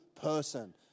person